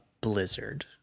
blizzard